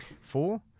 Four